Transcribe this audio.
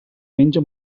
menja